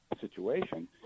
situation